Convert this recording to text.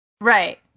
Right